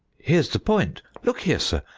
here's the point. look here, sir,